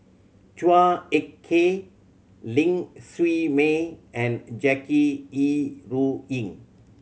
Chua Ek Kay Ling Siew May and Jackie Yi Ru Ying